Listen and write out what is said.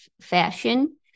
fashion